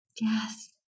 Yes